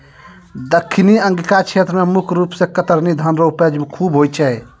दक्खिनी अंगिका क्षेत्र मे मुख रूप से कतरनी धान रो उपज खूब होय छै